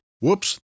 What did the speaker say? Whoops